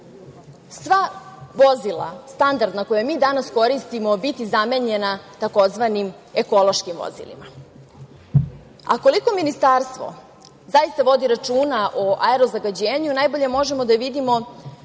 sva standarda vozila koja mi danas koristimo biti zamenjena tzv. ekološkim vozilima. Koliko Ministarstvo zaista vodi računa o aero zagađenju najbolje možemo da vidimo